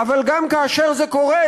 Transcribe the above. אבל גם כאשר זה קורה,